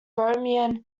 romanian